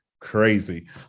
crazy